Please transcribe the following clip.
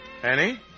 Annie